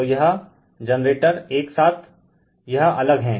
तो यह refer time 0349 generator refer time 0351एक साथ यह अलग हैं